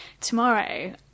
tomorrow